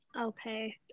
Okay